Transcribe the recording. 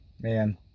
Man